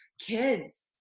kids